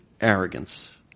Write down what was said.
arrogance